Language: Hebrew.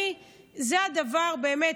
זה הדבר באמת.